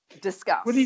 Discuss